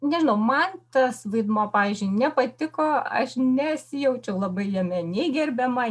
nežinau man tas vaidmuo pavyzdžiui nepatiko aš nesijaučiau labai jame nei gerbiama